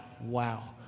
wow